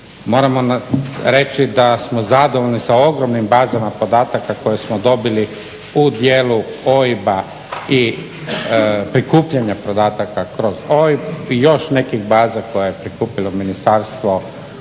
Moram reći da smo zadovoljni sa ogromnim bazama podataka koje smo dobili u dijelu OIB-a i prikupljanja podataka kroz OIB i još nekih baza koje je prikupilo Ministarstvo